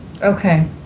Okay